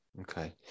okay